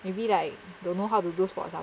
maybe like don't know how to do sports lah